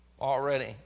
already